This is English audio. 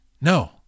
No